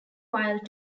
while